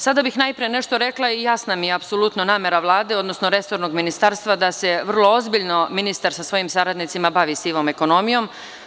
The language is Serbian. Sada bih najpre nešto rekla i jasna mi je apsolutno namera Vlade, odnosno resornog ministarstva da se vrlo ozbiljno ministar sa svojim saradnicima bavi sivom ekonomijom.